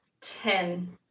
Ten